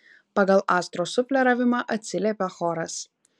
pagal astros sufleravimą atsiliepia choras